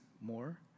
more